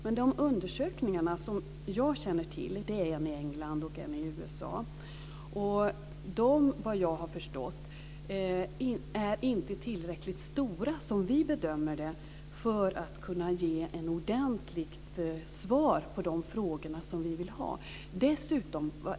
Men de undersökningar som jag känner till, en i England och en i USA, är såvitt jag har förstått inte tillräckligt stora, som vi bedömer det, för att kunna ge ett ordentligt svar på de frågor som vi vill ställa.